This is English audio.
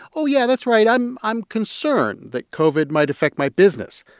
oh, yeah, that's right. i'm i'm concerned that covid might affect my business.